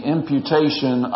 Imputation